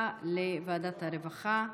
הדחופה לוועדת העבודה והרווחה.